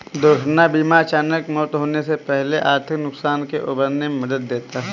दुर्घटना बीमा अचानक मौत से होने वाले आर्थिक नुकसान से उबरने में मदद देता है